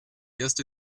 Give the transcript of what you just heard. erst